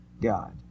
God